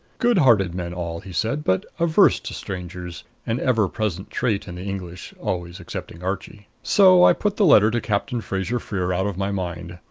good-hearted men all, he said, but averse to strangers an ever-present trait in the english always excepting archie. so i put the letter to captain fraser-freer out of my mind.